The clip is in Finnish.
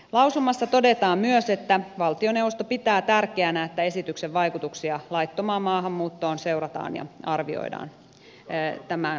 lausumassa todetaan myös että valtioneuvosto pitää tärkeänä että esityksen vaikutuksia laittomaan maahanmuuttoon seurataan ja arvioidaan tämän kuluessa